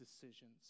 decisions